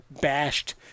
bashed